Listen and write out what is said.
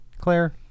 Claire